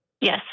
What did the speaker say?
yes